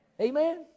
Amen